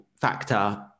factor